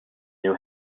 new